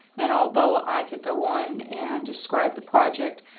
and although i could go on and describe the project,